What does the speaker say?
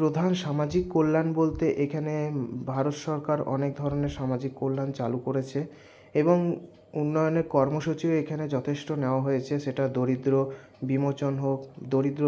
প্রধান সামাজিক কল্যাণ বলতে এখানে ভারত সরকার অনেক ধরনের সামাজিক কল্যাণ চালু করেছে এবং উন্নয়নের কর্মসূচীও এখানে যথেষ্ট নেওয়া হয়েছে সেটা দরিদ্র বিমোচন হোক দরিদ্র